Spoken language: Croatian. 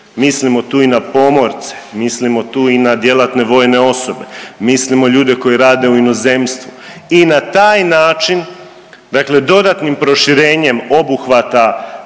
mislimo tu i na pomorce, mislimo tu i na djelatne vojne osobe, mislimo na ljude koji rade u inozemstvu i na taj način dakle dodatnim proširenjem obuhvata